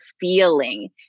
feeling